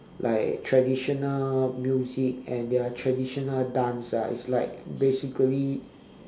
like traditional music and their traditional dance ah is like basically